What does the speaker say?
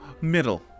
Middle